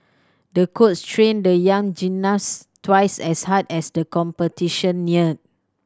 the coach trained the young gymnast twice as hard as the competition neared